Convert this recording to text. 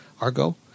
Argo